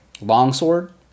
longsword